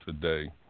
today